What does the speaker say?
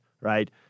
right